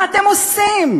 מה אתם עושים?